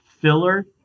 filler